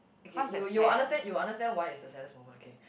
okay you'll you'll understand you'll understand why is the saddest moment okay